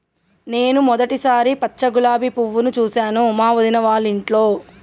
నేను మొదటిసారి పచ్చ గులాబీ పువ్వును చూసాను మా వదిన వాళ్ళింట్లో